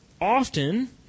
Often